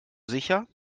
sicher